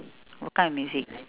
what kind of music